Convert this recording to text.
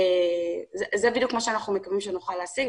זה בדיוק מה שאנחנו מקווים שנוכל להשיג,